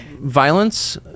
violence